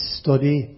study